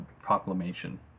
proclamation